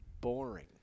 boring